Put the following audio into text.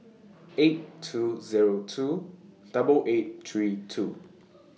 eight two Zero two double eight three two